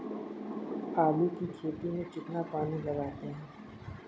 आलू की खेती में कितना पानी लगाते हैं?